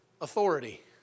authority